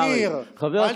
היהיר, למה?